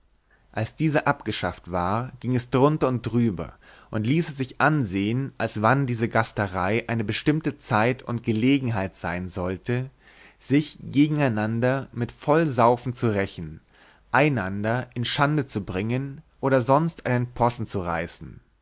als dieser abgeschafft war gieng es drunter und drüber und ließe sich ansehen als wann diese gasterei eine bestimmte zeit und gelegenheit sein sollte sich gegeneinander mit vollsaufen zu rächen einander in schande zu bringen oder sonst einen possen zu reißen